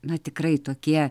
na tikrai tokie